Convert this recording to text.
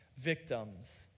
victims